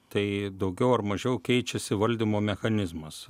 tai daugiau ar mažiau keičiasi valdymo mechanizmas